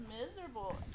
miserable